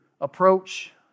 approach